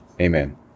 amen